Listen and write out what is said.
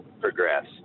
progress